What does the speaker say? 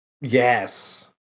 Yes